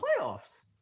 playoffs